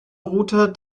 router